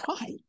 right